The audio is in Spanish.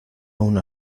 una